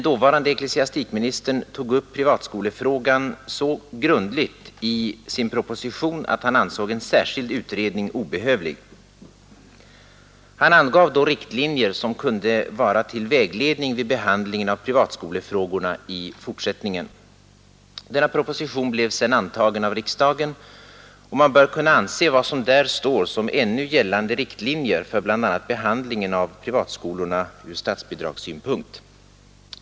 Dåvarande ecklesiastikministern tog emellertid upp privatskolefrågan så grundligt i grundskolepropositionen att han ansåg en särskild utredning obehövlig. Han angav då riktlinjer som kunde vara till vägledning vid behandlingen av privatskolefrågorna i fortsättningen. Denna proposition blev sedan antagen av riksdagen, och man bör kunna anse vad som där står som ännu gällande riktlinjer för bl.a. behandlingen av privatskolorna ur statsbidragssynpunkt.